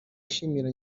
ishimira